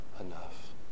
enough